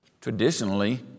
Traditionally